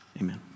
Amen